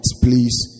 please